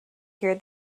hear